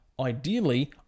ideally